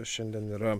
šiandien yra